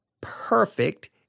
perfect